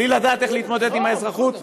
בלי לדעת איך להתמודד עם האזרחות.